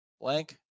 Blank